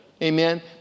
Amen